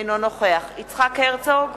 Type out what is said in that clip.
אינו נוכח יצחק הרצוג,